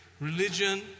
Religion